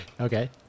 okay